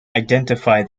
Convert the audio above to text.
identify